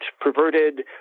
perverted